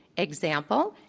example,